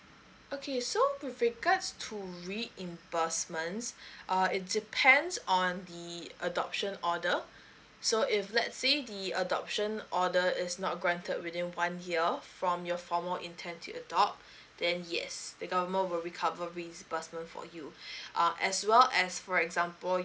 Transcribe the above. okay so with regards to reimbursements uh it depends on the adoption order so if let's say the adoption order is not granted within one year from your formal intent to adopt then yes the government will recover reimbursement for you uh as well as for example